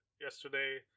yesterday